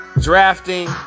drafting